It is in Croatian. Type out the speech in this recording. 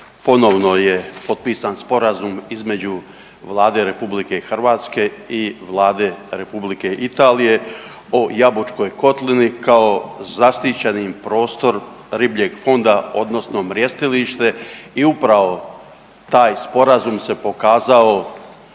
ponovno je potpisan sporazum između Vlade RH i Vlade Republike Italije o Jabučkoj kotlini kao zaštićeni prostor ribljeg fonda odnosno mrjestilište i upravo taj sporazum se pokazao